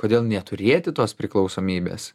kodėl neturėti tos priklausomybės